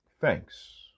Thanks